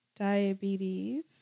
diabetes